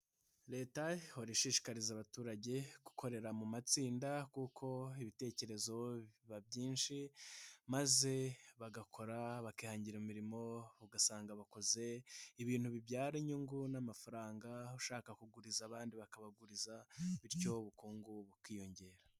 Leta ihora ishishikariza abaturage gukorera mu matsinda kuko ibitekerezo biba byinshi, maze bagakora bakihangira imirimo, ugasanga bakoze, ibintu bibyara inyungu n'amafaranga, ushaka kuguriza abandi bakabaguriza, bityo ubukungu bukiyongera.